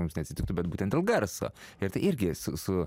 mums neatsitiktų bet būtent dėl garso ir tai irgi su su